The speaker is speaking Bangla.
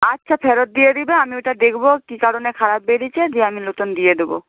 আচ্ছা ফেরত দিয়ে দেবে আমি ওটা দেখব কী কারণে খারাপ বেরিয়েছে দিয়ে আমি নূতন দিয়ে দেব